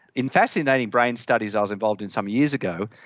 in fascinating brain studies i was involved in some years ago,